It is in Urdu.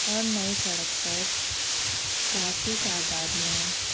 اور نئی سڑک پر کافی تعداد میں